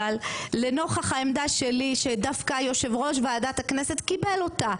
לנוכח העמדה שלי שדווקא יושב ראש ועדת הכנסת קיבל אותה,